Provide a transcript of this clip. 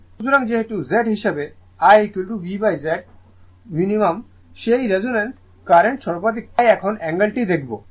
সুতরাং যেহেতু Z হিসাবে IVZ ন্যূনতম সেই রেজোন্যান্স কারেন্ট সর্বাধিক তাই এখন অ্যাঙ্গেলটি দেখবো